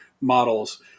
models